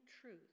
truth